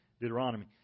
Deuteronomy